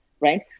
right